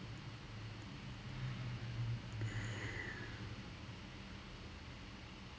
playing cricket they are doing the most insane shit that I've seen physically possible